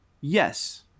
Yes